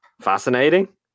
fascinating